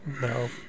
no